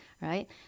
right